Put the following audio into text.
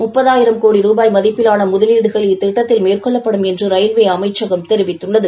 முப்பதாயிரம் கோடி ரூபாய் மதிப்பிலான முதலீடுகள் இத்திட்டத்தில் மேற்கொள்ளப்படும் என்று ரயில்வே அமைச்சகம் தெரிவித்துள்ளது